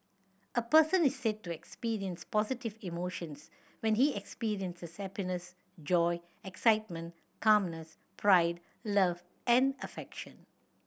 a person is said to experience positive emotions when he experiences happiness joy excitement calmness pride love and affection